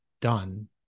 done